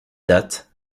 date